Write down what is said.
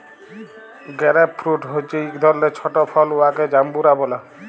grape fruit হছে ইক ধরলের ছট ফল উয়াকে জাম্বুরা ব্যলে